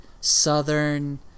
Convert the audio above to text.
southern